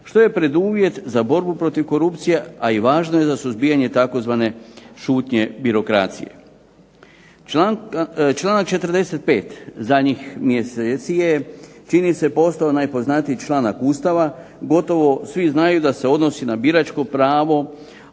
što je preduvjet za borbu protiv korupcije, a i važno je za suzbijanje tzv. šutnje birokracije. Članak 45. zadnjih mjeseci je čini se postao najpoznatiji članak Ustava, gotovo svi znaju da se odnosi na biračko pravo